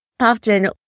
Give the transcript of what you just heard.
often